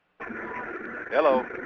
Hello